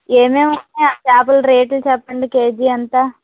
ఏమేమి ఉన్నాయి ఆ చేపల రేట్లు చెప్పండి కేజీ ఎంత